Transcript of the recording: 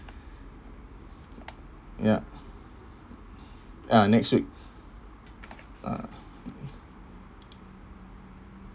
ya ah next week ah